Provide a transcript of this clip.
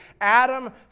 Adam